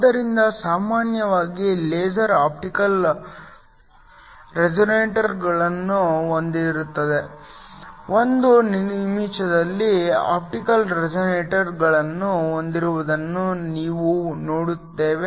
ಆದ್ದರಿಂದ ಸಾಮಾನ್ಯವಾಗಿ laser optical ರೆಸೋನೇಟರ್ಗಳನ್ನು ಹೊಂದಿರುತ್ತದೆ ಒಂದು ನಿಮಿಷದಲ್ಲಿ ಆಪ್ಟಿಕಲ್ ರೆಸೋನೇಟರ್ಗಳನ್ನು ಹೊಂದಿರುವುದನ್ನು ನಾವು ನೋಡುತ್ತೇವೆ